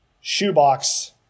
shoebox